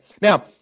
Now